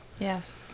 Yes